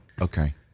Okay